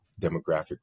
demographic